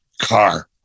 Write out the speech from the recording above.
car